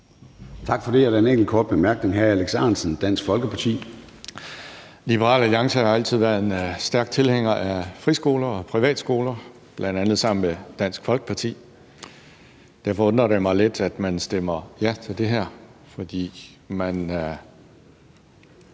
Tak for det. Der er en enkelt kort bemærkning. Hr. Alex Ahrendtsen, Dansk Folkeparti. Kl. 14:16 Alex Ahrendtsen (DF): Liberal Alliance har altid været en stærk tilhænger af friskoler og privatskoler, bl.a. sammen med Dansk Folkeparti. Derfor undrer det mig lidt, at man stemmer for det her, for man